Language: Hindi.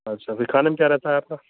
अच्छा फिर खाने में क्या रहता है आपका